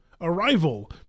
Arrival